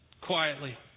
quietly